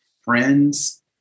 friends